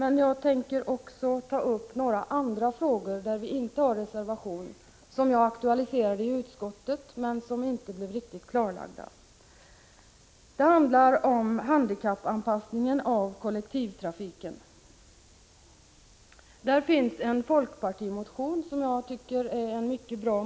Men jag tänker också ta upp några frågor där jag inte avgivit reservation — frågor som jag aktualiserade i utskottet men som inte blev riktigt klarlagda. Det handlar om handikappanpassningen av kollektivtrafiken. Härvidlag finns en folkpartimotion som jag tycker är mycket bra.